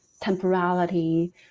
temporality